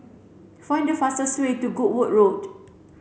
find the fastest way to Goodwood Road